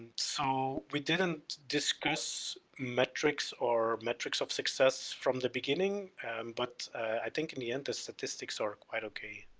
so, we didn't discuss metrics or metrics of success from the beginning but i think in the end the statistics are quite okay.